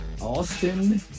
Austin